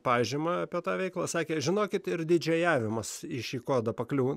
pažymą apie tą veiklą sakė žinokit irdidžėjavimas į šį kodą pakliūna